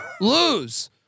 lose